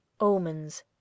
Omens